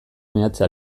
meatze